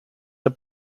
the